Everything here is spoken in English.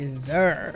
deserve